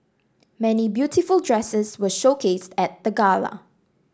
many beautiful dresses were showcased at the gala